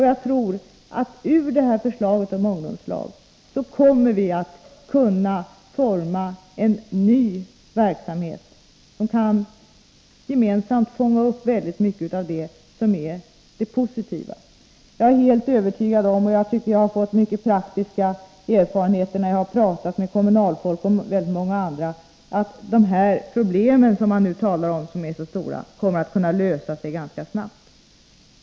Jag tror att vi ur förslaget om ungdomslag kommer att kunna forma en ny verksamhet, som kan fånga upp mycket av det som är positivt. Jag är helt övertygad om — och jag tycker att jag har fått många praktiska erfarenheter när jag talat med kommunalfolk och många andra — att de stora problem som man nu talar om kommer att kunna lösas ganska snabbt.